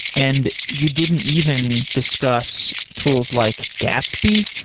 and you didn't even discuss tools like gatsby.